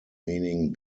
meaning